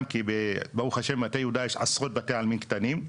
כי ברוך ה' במטה יהודה יש עשרות בתי עלמין קטנים,